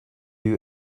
you